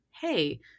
hey